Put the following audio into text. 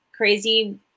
Crazy